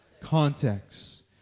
Context